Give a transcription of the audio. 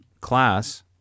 class